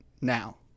now